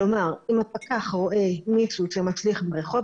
כלומר אם הפקח רואה מישהו שמשליך ברחוב,